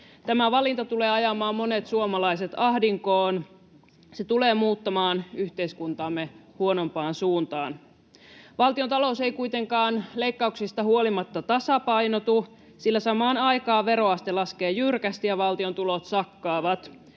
Tämä valinta tulee ajamaan monet suomalaiset ahdinkoon. Se tulee muuttamaan yhteiskuntaamme huonompaan suuntaamaan. Valtiontalous ei kuitenkaan leikkauksista huolimatta tasapainotu, sillä samaan aikaan veroaste laskee jyrkästi ja valtion tulot sakkaavat.